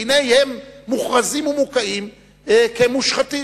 והנה הם מוכרזים ומוקעים כמושחתים.